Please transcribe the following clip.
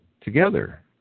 together